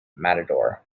matador